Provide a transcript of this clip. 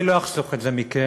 אני לא אחסוך את זה מכם,